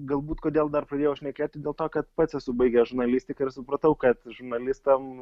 galbūt kodėl dar pradėjau šnekėti dėl to kad pats esu baigęs žurnalistiką ir supratau kad žurnalistam